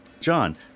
John